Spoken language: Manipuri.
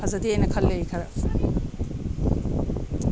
ꯐꯖꯗꯦꯅ ꯈꯜꯂꯦ ꯑꯩ ꯈꯔ